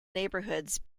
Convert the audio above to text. neighborhoods